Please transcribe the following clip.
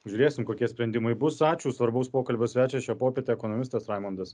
žiūrėsim kokie sprendimai bus ačiū svarbaus pokalbio svečias šią popietę ekonomistas raimundas